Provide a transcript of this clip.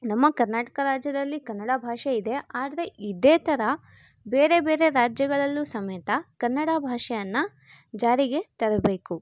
ನಮ್ಮ ಕರ್ನಾಟಕ ರಾಜ್ಯದಲ್ಲಿ ಕನ್ನಡ ಭಾಷೆ ಇದೆ ಆದರೆ ಇದೇ ಥರ ಬೇರೆ ಬೇರೆ ರಾಜ್ಯಗಳಲ್ಲೂ ಸಮೇತ ಕನ್ನಡ ಭಾಷೆಯನ್ನು ಜಾರಿಗೆ ತರಬೇಕು